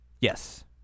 yes